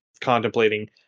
contemplating